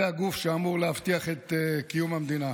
זה הגוף שאמור להבטיח את קיום המדינה.